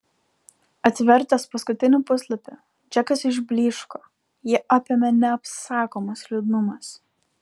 atvertęs paskutinį puslapį džekas išblyško jį apėmė neapsakomas liūdnumas